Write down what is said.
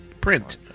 print